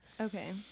Okay